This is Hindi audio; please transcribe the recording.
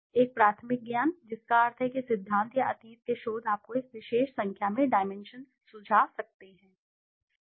एक प्राथमिक ज्ञान जिसका अर्थ है कि सिद्धांत या अतीत के शोध आपको एक विशेष संख्या में डाइमेंशन्स सुझा सकते हैं